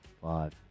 Five